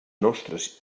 nostres